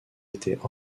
étaient